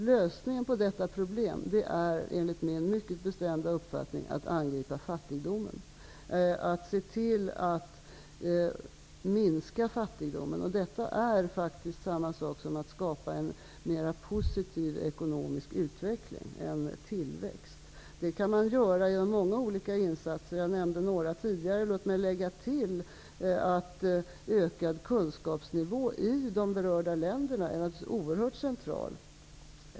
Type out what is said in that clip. Lösningen på detta problem är enligt min mycket bestämda uppfattning att angripa fattidomen, att se till att minska den. Detta är faktiskt samma sak som att skapa en mera positiv ekonomisk utveckling, en tillväxt. Det kan man göra genom många olika insatser. Jag nämnde några tidigare. Låt mig lägga till att ökad kunskapsnivå i de berörda länderna är naturligtvis oerhört central.